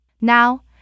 Now